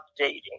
updating